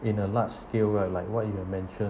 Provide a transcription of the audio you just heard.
in a large scale like like what you have mentioned